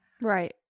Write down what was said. right